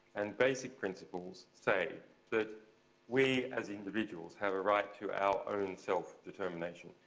and basic principles say that we, as individuals, have a right to our own self determination.